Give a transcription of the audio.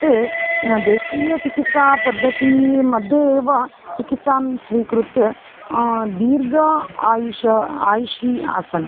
ते देशीयचिकित्सापद्धतिमध्ये एव चिकित्सां स्वीकृत्य दीर्घायुषी आसन्